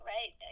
Right